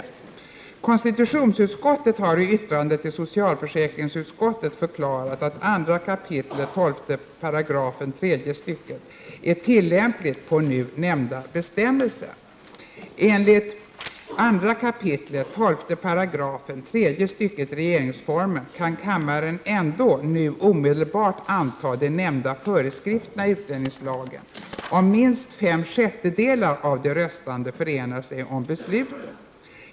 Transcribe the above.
Konstitutionsutskottet har i yttrande till socialförsäkringsutskottet förklarat att 2 kap. 12 § tredje stycket är tillämpligt på nu nämnda bestämmelser. Enligt 2 kap. 12 § tredje stycket regeringsformen kan kammaren ändå nu omedelbart anta de nämnda föreskrifterna i utlänningslagen om minst 5/6 av de röstande förenar sig om beslutet.